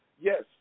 yes